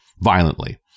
violently